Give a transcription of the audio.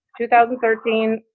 2013